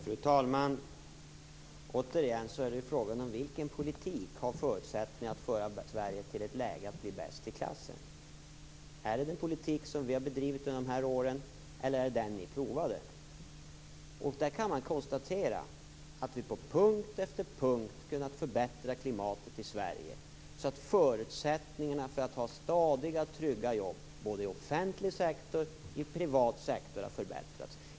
Fru talman! Återigen är det fråga om vilken politik som har förutsättningar att föra Sverige till ett läge där vi blir bäst i klassen. Är det den politik som vi har bedrivit under de här åren eller är det den ni provade? Man kan konstatera att vi på punkt efter punkt har kunnat förbättra klimatet i Sverige så att förutsättningarna för stadiga, trygga jobb i både offentlig sektor och privat sektor har förbättrats.